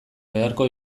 beharko